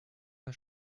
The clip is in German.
der